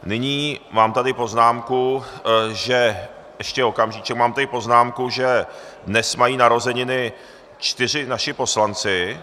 Nyní mám tady poznámku, že... ještě okamžíček, mám tady poznámku, že dnes mají narozeniny čtyři naši poslanci.